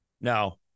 no